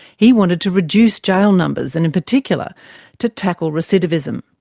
he wanted to reduce jail numbers, and in particular to tackle recidivism.